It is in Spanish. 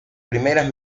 primeras